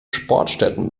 sportstätten